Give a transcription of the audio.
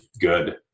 good